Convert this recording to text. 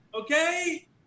Okay